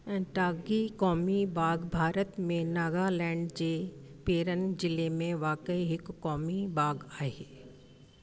एनटागी कौमी बाग भारत में नागालैंड जे पेरेन जिले में वाकई हिकु क़ौमी बाग आहे